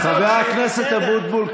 חבר הכנסת אבוטבול,